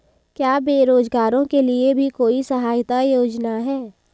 क्या बेरोजगारों के लिए भी कोई सहायता योजना है?